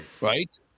Right